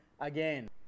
again